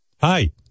Hi